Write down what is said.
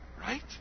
Right